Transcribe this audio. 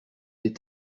des